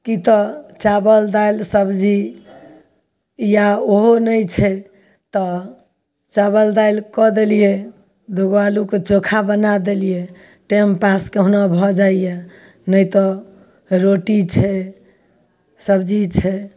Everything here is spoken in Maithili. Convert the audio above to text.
की तऽ चावल दालि सबजी या ओहो नहि छै तऽ चावल दालि कऽ देलियै दुगो आलुके चोखा बना देलियै टाइम पास कहुना भऽ जाइए नहि तऽ रोटी छै सबजी छै